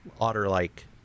otter-like